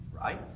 Right